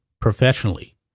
professionally